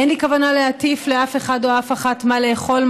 אין לי כוונה להטיף לאף אחד או אף אחת מה לאכול,